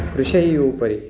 कृषेः उपरि